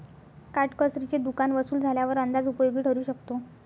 काटकसरीचे दुकान वसूल झाल्यावर अंदाज उपयोगी ठरू शकतो